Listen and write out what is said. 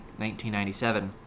1997